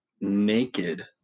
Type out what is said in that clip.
naked